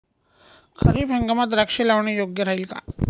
खरीप हंगामात द्राक्षे लावणे योग्य राहिल का?